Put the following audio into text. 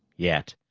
yet.